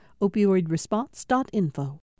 Opioidresponse.info